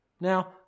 Now